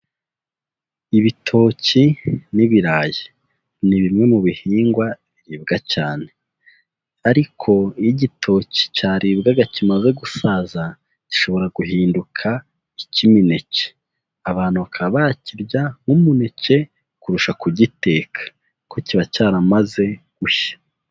Ibitoki n'ibirayi ni bimwe mu bihingwa biribwa cyane ariko iyo igitoki cyaribwaga kimaze gusaza gishobora guhinduka icy'imineke, abantu bakaba bakirya nk'umuneke kurusha kugiteka kuko kiba cyaramaze gushya.